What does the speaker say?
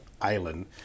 island